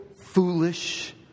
foolish